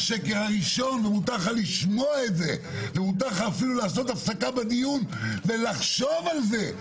מותר לך לשמוע את זה ולעשות הפסקה בדיון אפילו ולחשוב על זה.